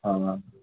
ਹਾਂ